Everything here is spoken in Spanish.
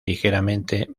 ligeramente